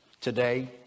today